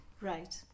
Right